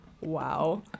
Wow